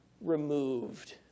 removed